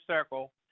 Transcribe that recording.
circle